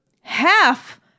half